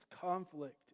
conflict